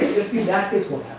see that case what